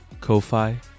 Ko-Fi